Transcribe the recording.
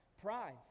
pride